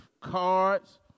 cards